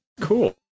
Cool